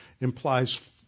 implies